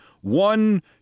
one